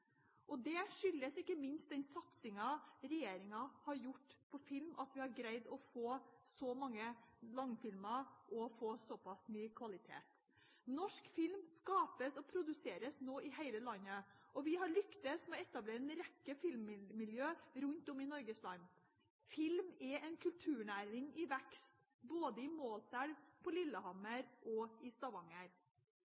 filmfestivaler. Det skyldes ikke minst den satstingen regjeringen har gjort på film, at vi har greid å få så mange langfilmer og såpass mye kvalitet. Norsk film skapes og produseres nå i hele landet, og vi har lyktes med å etablere en rekke filmmiljø rundt om i Norges land. Film er en kulturnæring i vekst, både i Målselv, på